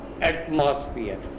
atmosphere